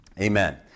Amen